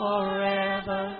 Forever